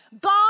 God